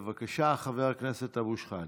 בבקשה, חבר הכנסת אבו שחאדה.